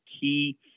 key